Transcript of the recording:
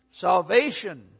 Salvation